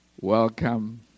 welcome